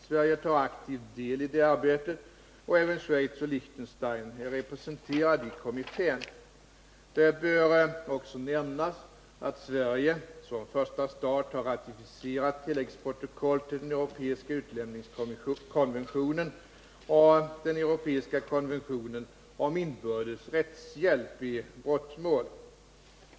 Sverige tar aktiv del i arbetet, och även Schweiz och Liechtenstein är representerade i kommittén. Det bör också nämnas att Sverige som första stat har ratificerat tilläggsprotokoll till den europeiska utlämningskonventionen och den europeiska konventionen om inbördes rättshjälp i brottmål.